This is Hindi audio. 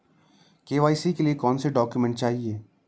के.वाई.सी के लिए कौनसे डॉक्यूमेंट चाहिये?